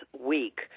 week